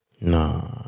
Nah